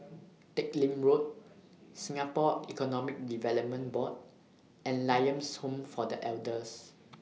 Teck Lim Road Singapore Economic Development Board and Lions Home For The Elders